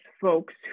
folks